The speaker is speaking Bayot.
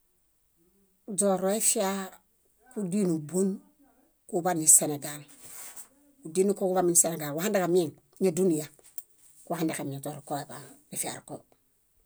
Źoroefia kúdinu bón kuḃa niseneġaa. Kúdinko kuḃami niseneġaa kuhandeġamieŋ níduniya. Kuhandeġamieŋ źorukoeḃaan, źifiaruko.